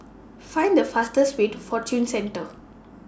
Find The fastest Way to Fortune Centre